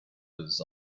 was